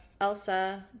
elsa